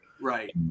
right